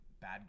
Bad